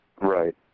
Right